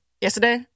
Yesterday